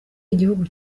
igihugu